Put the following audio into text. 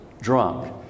drunk